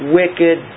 wicked